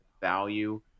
value